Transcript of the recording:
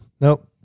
Nope